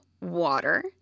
water